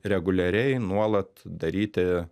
reguliariai nuolat daryti